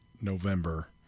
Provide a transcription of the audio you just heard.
November